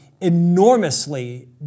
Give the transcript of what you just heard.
enormously